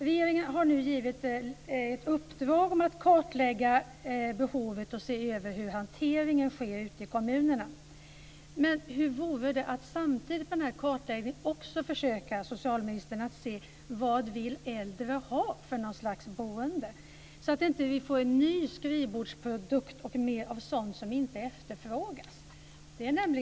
Regeringen har nu givit ett uppdrag om att kartlägga behovet och se över hanteringen ute i kommunerna. Men hur vore det att samtidigt med kartläggningen också försöka se på vad äldre vill ha för boende, så att vi inte får en ny skrivbordsprodukt och mer av sådant som inte efterfrågas?